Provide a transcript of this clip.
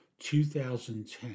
2010